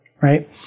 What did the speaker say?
Right